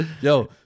yo